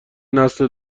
نسل